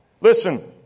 Listen